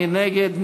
מי נגד?